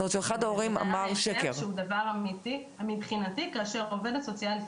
דבר נחשב אמיתי מבחינתי כאשר עובדת סוציאלית